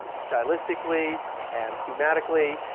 stylistically and thematically.